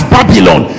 Babylon